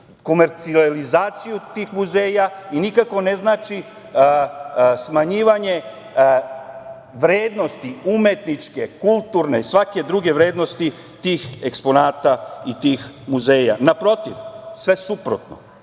komercijalizaciju tih muzeja i nikako ne znači smanjivanje vrednosti umetničke, kulturne i svake druge vrednosti tih eksponata i tih muzeja. Naprotiv, sve suprotno.